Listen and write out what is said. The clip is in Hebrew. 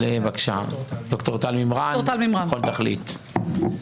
ד"ר טל מימרן, מכון תכלית, בבקשה.